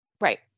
Right